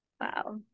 Wow